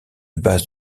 base